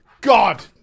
God